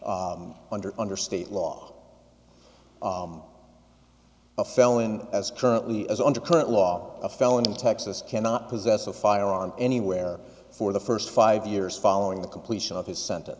under under state law a felon as currently as under current law a felon in texas cannot possess a firearm anywhere for the first five years following the completion of his sente